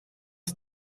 das